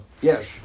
Yes